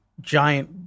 giant